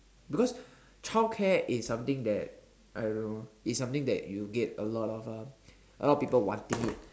because childcare is something that I don't know it's something that you get a lot of uh a lot of people wanting it